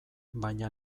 baina